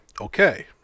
okay